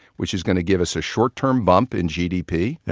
which is going to give us a short-term bump in gdp,